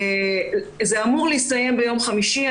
זה אמור להסתיים ביום חמישי.